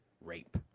rape